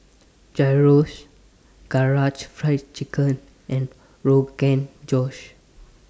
Gyros Karaage Fried Chicken and Rogan Josh